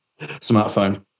smartphone